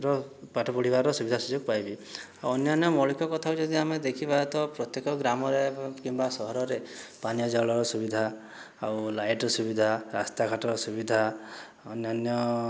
ର ପାଠ ପଢ଼ିବାର ସୁବିଧା ସୁଯୋଗ ପାଇବେ ଆଉ ଅନ୍ୟାନ୍ୟ ମୌଳିକ କଥା ଯଦି ଆମେ ଦେଖିବା ତ ପ୍ରତ୍ୟେକ ଗ୍ରାମରେ କିମ୍ବା ସହରରେ ପାନୀୟ ଜଳର ସୁବିଧା ଆଉ ଲାଇଟ୍ର ସୁବିଧା ରାସ୍ତାଘାଟର ସୁବିଧା ଅନ୍ୟାନ୍ୟ